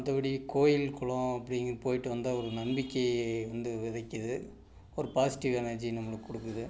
மற்றப்படி கோயில் குளம் அப்படின்னு போயிட்டு வந்தால் ஒரு நம்பிக்கை வந்து விதைக்குது ஒரு பாஸ்டிவ் எனர்ஜி நம்பளுக்கு கொடுக்குது